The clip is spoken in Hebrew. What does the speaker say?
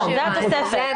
זה התוספת.